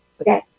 Okay